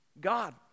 God